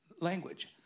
language